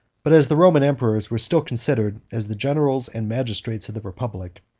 but as the roman emperors were still considered as the generals and magistrates of the republic,